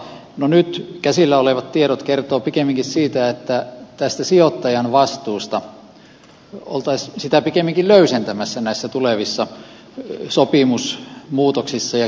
no nyt käsillä olevat tiedot kertovat pikemminkin siitä että tätä sijoittajan vastuuta oltaisiin pikemminkin löysentämässä näissä tulevissa sopimusmuutoksissa ja kirjauksissa